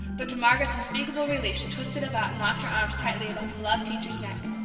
but to margaret's unspeakable relief she twisted about and locked her arms tightly about the loved teacher's neck.